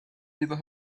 either